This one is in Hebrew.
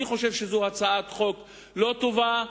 אני חושב שזו הצעת חוק לא טובה,